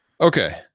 Okay